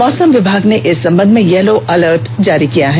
मौसम विभाग ने इस संबंघ में येलो अलर्ट जारी किया है